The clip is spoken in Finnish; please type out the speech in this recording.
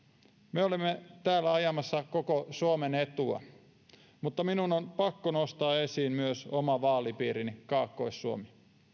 me olemme täällä ajamassa koko suomen etua mutta minun on pakko nostaa esiin myös oma vaalipiirini kaakkois suomi